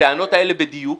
-- הטענות האלה בדיוק,